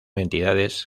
entidades